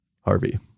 Harvey